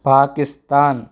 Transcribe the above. Pakistan